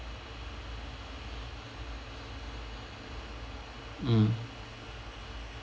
mm